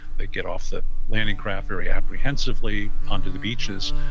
they get off the landing craft very apprehensively onto the beaches,